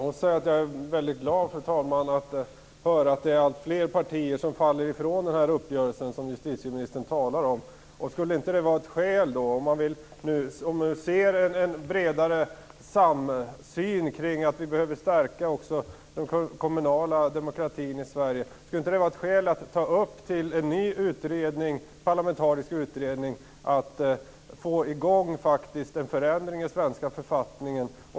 Fru talman! Jag måste säga att jag är väldigt glad att höra att alltfler partier faller ifrån den uppgörelse som justitieministern talar om. Det kanske finns en bredare samsyn kring åsikten att vi behöver stärka också den kommunala demokratin i Sverige. Skulle inte det vara ett skäl att tillsätta en ny parlamentarisk utredning och få i gång en förändring i den svenska författningen?